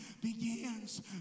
begins